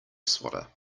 swatter